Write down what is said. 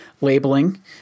labeling